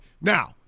Now